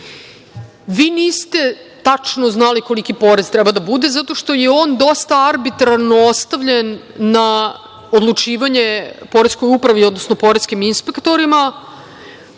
niste tačno znali koliki porez treba da bude zato što je on dosta arbitrarno ostavljen na odlučivanje poreskoj upravi, odnosno poreskim inspektorima